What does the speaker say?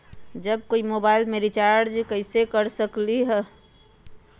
हम कोई मोबाईल में रिचार्ज कईसे कर सकली ह?